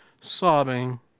sobbing